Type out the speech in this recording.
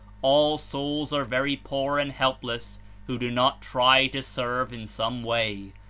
all souls are very poor and helpless who do not try to serve in some way,